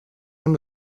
amb